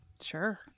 sure